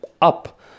up